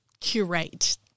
curate